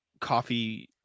coffee